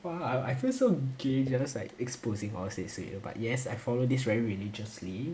!wah! I feel so gay just like exposing all this to you but yes I follow this very religiously